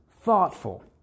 thoughtful